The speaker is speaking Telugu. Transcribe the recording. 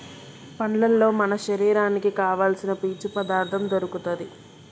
పండ్లల్లో మన శరీరానికి కావాల్సిన పీచు పదార్ధం దొరుకుతది